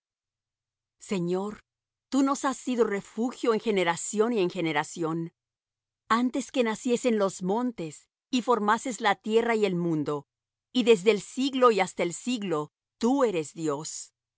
señor tú nos has sido refugio en generación y en generación antes que naciesen los montes y formases la tierra y el mundo y desde el siglo y hasta el siglo tú eres dios